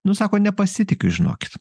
nu sako nepasitikiu žinokit